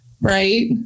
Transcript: Right